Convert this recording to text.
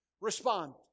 respond